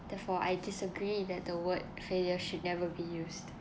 therefore I disagree that the word failure should never be used